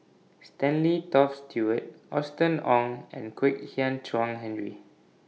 Stanley Toft Stewart Austen Ong and Kwek Hian Chuan Henry